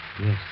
Yes